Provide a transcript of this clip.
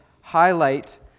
highlight